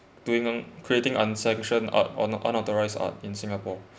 doing and creating uncensured art or unau~ unauthorised art in singapore